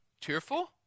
cheerful